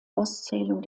auszählung